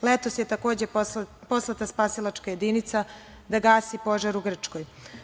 Letos je, takođe, poslata spasilačka jedinica da gasi požar u Grčkoj.